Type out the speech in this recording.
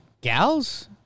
gals